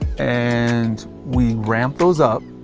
and we ramp those up,